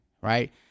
Right